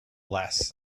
less